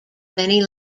many